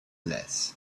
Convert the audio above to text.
less